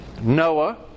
Noah